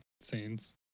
scenes